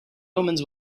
omens